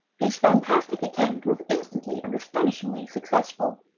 his fantastic attempt was instantly and astonishingly successful.